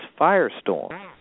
firestorm